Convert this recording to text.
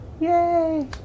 Yay